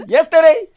Yesterday